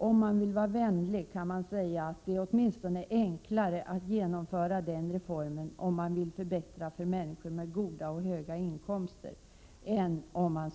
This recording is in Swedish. Om man vill vara vänlig kan man säga, att det är åtminstone enklare att genomföra den reformen, om man vill förbättra för människor med goda och höga inkomster än om man